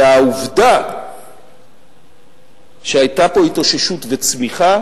והעובדה שהיו פה התאוששות וצמיחה